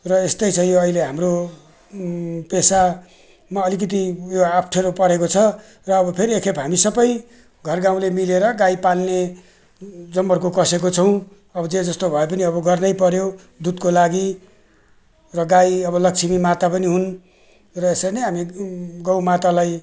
र यस्तै छ यो अहिले हाम्रो पेसामा अलिकति उयो अप्ठ्यारो परेको छ र अब फेरि एकखेप हामी सबै घरगाउँले मिलेर गाई पाल्ने जमर्को कसेको छौँ अब जेजस्तो भए पनि अब गर्नैपर्यो दुधको लागि र गाई अब लक्ष्मीमाता पनि हुन् र यसरी नै हामी गौमातालाई